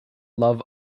love